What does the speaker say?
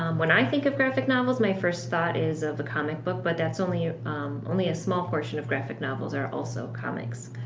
um when i think of graphic novels my first thought is of a comic book. but only only a small portion of graphic novels are also comics.